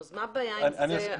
נו, אז מה הבעיה עם זה?